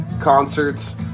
concerts